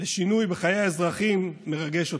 לשינוי בחיי האזרחים מרגש אותי.